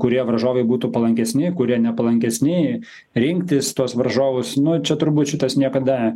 kurie varžovai būtų palankesni kurie nepalankesni rinktis tuos varžovus nu čia turbūt šitas niekada